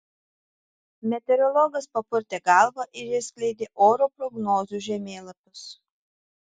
meteorologas papurtė galvą ir išskleidė oro prognozių žemėlapius